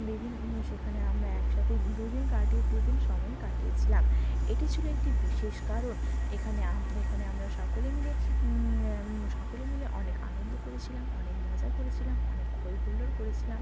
বিভিন সেখানে আমরা একসাথে দু দিন কাটিয়ে দু দিন সময় কাটিয়েছিলাম এটি ছিলো একটি বিশেষ কারণ এখানে এখানে আমরা সকলে মিলে সকলে মিলে অনেক আনন্দ করেছিলাম অনেক মজা করেছিলাম অনেক হই হুল্লোর করেছিলাম